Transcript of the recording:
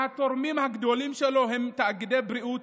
שהתורמים הגדולים שלו הם תאגידי בריאות,